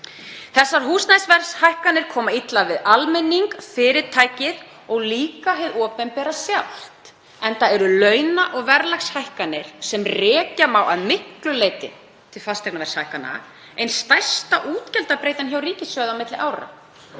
Þessar húsnæðisverðshækkanir koma illa við almenning, fyrirtæki og líka hið opinbera sjálft, enda eru launa- og verðlagshækkanir, sem að miklu leyti má rekja til fasteignaverðshækkana, ein stærsta útgjaldabreytan hjá ríkissjóði á milli ára.